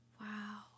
Wow